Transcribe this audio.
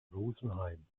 rosenheim